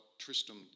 Tristram